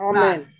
Amen